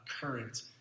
current